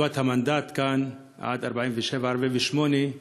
ותקופת המנדט כאן עד 1947, 1948,